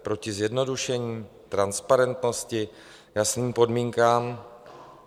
Proti zjednodušení, transparentnosti, jasným podmínkám?